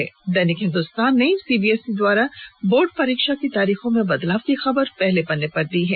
वहीं दैनिक हिन्दुस्तान ने सीबीएससी द्वारा बोर्ड परीक्षा की तारीखों में बदलाव की खबर को पहले पन्ने पर लिया है